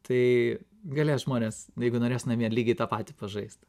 tai galės žmonės jeigu norės namie lygiai tą patį pažaist